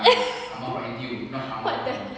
what the hell